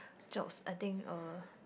jobs I think uh